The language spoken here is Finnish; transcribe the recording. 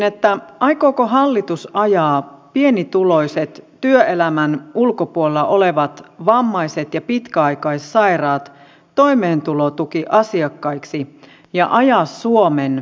kysynkin aikooko hallitus ajaa pienituloiset työelämän ulkopuolella olevat vammaiset ja pitkäaikaissairaat toimeentulotukiasiakkaiksi ja ajaa suomen ihmisoikeuskriisiin